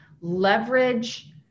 leverage